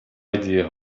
idea